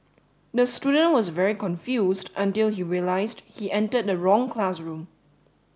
the student was very confused until he realised he entered the wrong classroom